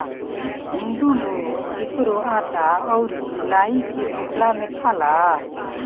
हिंदू लोग एकरो आटा अउरी लाई के भुखला में खाला